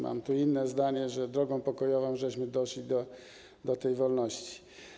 Mam tu inne zdanie - że drogą pokojową doszliśmy do tej wolności.